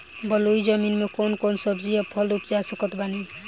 बलुई जमीन मे कौन कौन सब्जी या फल उपजा सकत बानी?